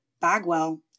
Bagwell